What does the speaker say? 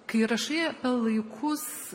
kai rašai apie laikus